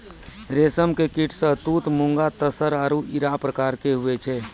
रेशम के कीट शहतूत मूंगा तसर आरु इरा प्रकार के हुवै छै